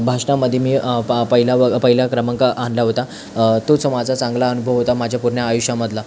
भाषणामध्ये मी प पहिला पहिला क्रमांक आणला होता तोच माझा चांगला अनुभव होता माझ्या पूर्ण आयुष्यामधला